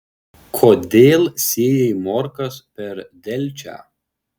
kodėl sėjai morkas per delčią